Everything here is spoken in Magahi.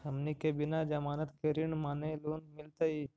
हमनी के बिना जमानत के ऋण माने लोन मिलतई?